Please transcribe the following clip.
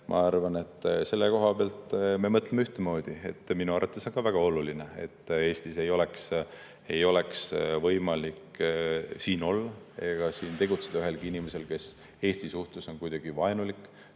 Ma arvan, et selle koha pealt me mõtleme ühtemoodi, minu arvates on ka väga oluline, et Eestis ei oleks võimalik olla ega tegutseda ühelgi inimesel, kes on Eesti suhtes kuidagi vaenulik,